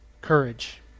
courage